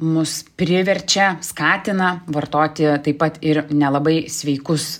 mus priverčia skatina vartoti taip pat ir nelabai sveikus